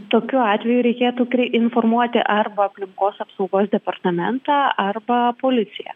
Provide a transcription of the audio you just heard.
tokiu atveju reikėtų krei informuoti arba aplinkos apsaugos departamentą arba policiją